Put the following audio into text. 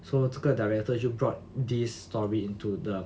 so 这个 director 就 brought this story into the